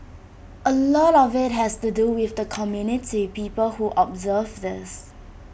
A lot of IT has to do with the community people who observe this